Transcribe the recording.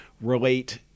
relate